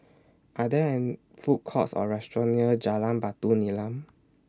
Are There An Food Courts Or restaurants near Jalan Batu Nilam